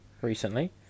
recently